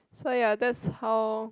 so ya that's how